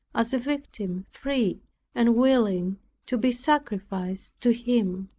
as a victim, free and willing to be sacrificed to him.